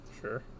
Sure